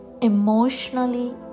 emotionally